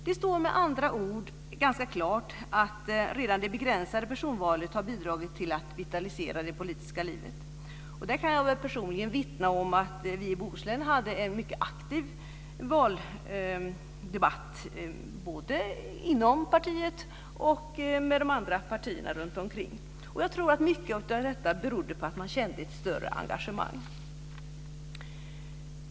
Det står med andra ord ganska klart att redan det begränsade personvalet har bidragit till att vitalisera det politiska livet. Det kan jag personligen vittna om. Vi i Bohuslän hade en mycket aktiv valdebatt både inom partiet och med de andra partierna runtomkring. Mycket av detta berodde på att man kände ett större engagemang.